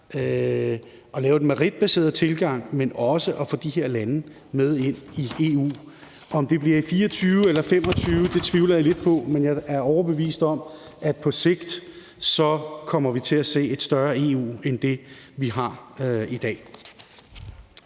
at lave en meritbaseret tilgang, men også at få de her lande med ind i EU. Om det bliver i 2024 eller 2025, tvivler jeg lidt på, men jeg er overbevist om, at på sigt kommer vi til at se et større EU end det, vi har i dag.